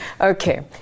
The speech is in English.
Okay